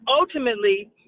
ultimately